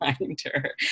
reminder